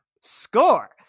score